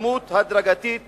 התקדמות הדרגתית